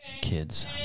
Kids